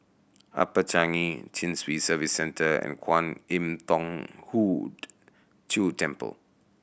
Upper Changi Chin Swee Service Centre and Kwan Im Thong Hood Cho Temple